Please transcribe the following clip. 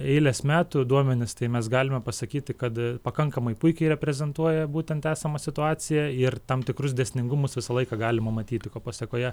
eilės metų duomenys tai mes galime pasakyti kad pakankamai puikiai reprezentuoja būtent esamą situaciją ir tam tikrus dėsningumus visą laiką galima matyti ko pasekoje